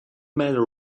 matter